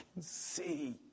see